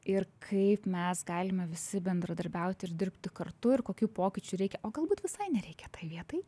ir kaip mes galime visi bendradarbiauti ir dirbti kartu ir kokių pokyčių reikia o galbūt visai nereikia tai vietai